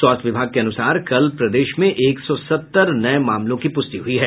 स्वास्थ्य विभाग के अनुसार कल प्रदेश में एक सौ सत्तर नये मामलों की पुष्टि हुई है